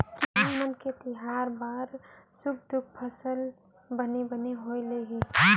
किसान मन के तिहार बार सुख दुख फसल के बने बने होवई ले हे